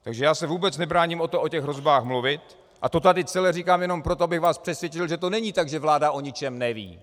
Takže já se vůbec nebráním o těch hrozbách mluvit a to celé tady říkám jenom proto, abych vás přesvědčil, že to není tak, že vláda o ničem neví.